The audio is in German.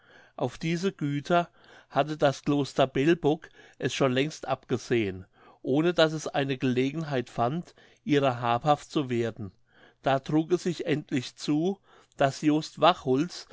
auf diese güter hatte das kloster belbog es schon längst abgesehen ohne daß es eine gelegenheit fand ihrer habhaft zu werden da trug es sich endlich zu daß jost wachholz